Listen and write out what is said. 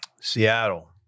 Seattle